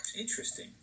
Interesting